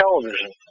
television